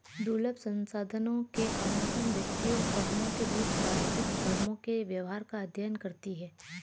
दुर्लभ संसाधनों के आवंटन, व्यक्तियों, फर्मों के बीच बातचीत, फर्मों के व्यवहार का अध्ययन करती है